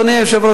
אדוני היושב-ראש,